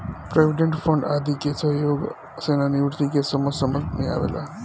provident fund आदि के उपयोग सेवानिवृत्ति के समय समझ में आवेला